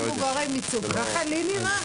ככה לי נראה.